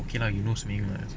okay lah you no swim lah